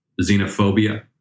xenophobia